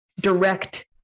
direct